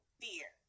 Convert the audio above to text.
fear